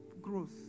growth